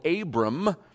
Abram